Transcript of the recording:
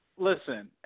Listen